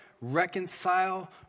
reconcile